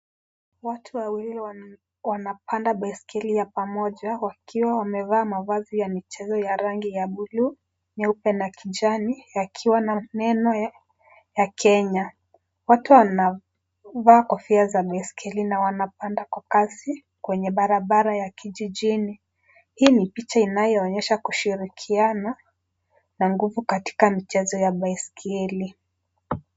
Watu wawili wanapanda baiskeli ya pamoja, wakiwa wamevaa mavazi ya michezo ya rangi ya bluu, nyeupe na kijani, yakiwa na neno ya Kenya. Watu wanavaa kofia za baiskeli na wanapanda kwa kasi, kwenye barabara ya kijijini. Hii ni picha inayoonyesha kushirikiana, na nguvu katika michezo ya baiskeli.